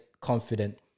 confident